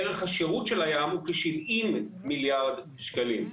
ערך השירות של הים כ-70 מיליארד שקלים.